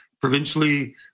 provincially